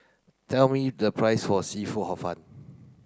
tell me the price for seafood hor fun